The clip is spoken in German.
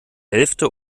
hälfte